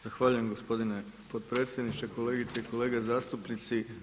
Zahvaljujem gospodine potpredsjedniče, kolegice i kolege zastupnici.